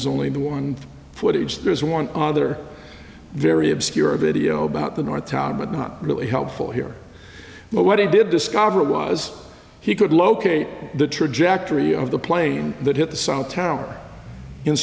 's only the one footage there's one other very obscure video about the north tower but not really helpful here but what he did discover was he could locate the trajectory of the plane that hit the south tower in